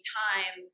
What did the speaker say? time